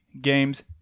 games